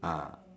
ah